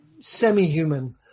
semi-human